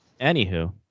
anywho